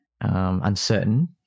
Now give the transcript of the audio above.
uncertain